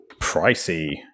Pricey